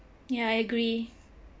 ya I agree